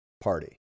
party